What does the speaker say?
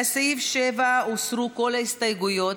לסעיף 7 הוסרו כל ההסתייגויות,